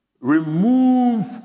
remove